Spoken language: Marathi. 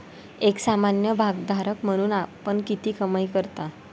एक सामान्य भागधारक म्हणून आपण किती कमाई करता?